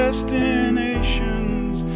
Destinations